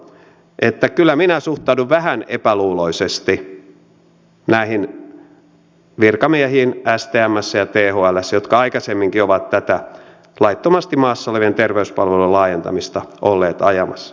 että kyllä minä suhtaudun vähän epäluuloisesti näihin virkamiehiin stmssä ja thlssä jotka aikaisemminkin ovat tätä laittomasti maassa olevien terveyspalvelujen laajentamista olleet ajamassa